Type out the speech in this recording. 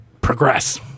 progress